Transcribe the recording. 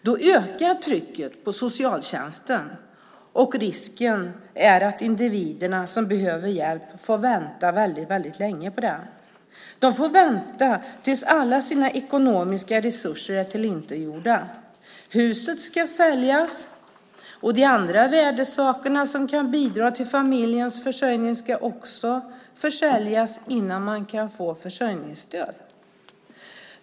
Då ökar trycket på socialtjänsten, och risken är att individerna som behöver hjälp får vänta väldigt länge på den. De får vänta tills alla deras ekonomiska resurser är tillintetgjorda. Huset ska säljas, och de andra värdesakerna som kan bidra till familjens försörjning ska också försäljas innan man kan få försörjningsstöd.